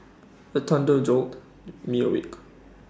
the thunder jolt me awake